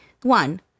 One